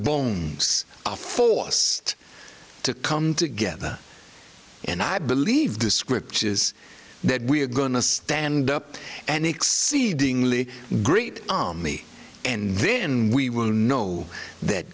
bones are force to come together and i believe the scriptures that we are going to stand up and exceedingly great army and then we will know that